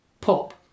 Pop